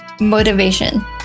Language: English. Motivation